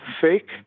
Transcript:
fake